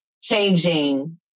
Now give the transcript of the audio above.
changing